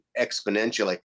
exponentially